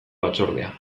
batzordea